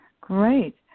Great